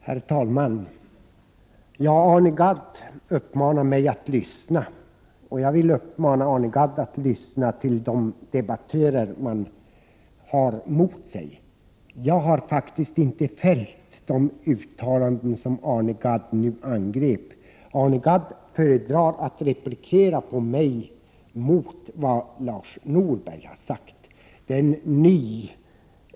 Herr talman! Arne Gadd uppmanar mig att lyssna. Jag vill uppmana Arne Gadd att lyssna till sina meddebattörer. Jag har faktiskt inte gjort de uttalanden som Arne Gadd angrep. Arne Gadd föredrar att replikera på vad Lars Norberg har sagt när han bemöter mig.